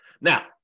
now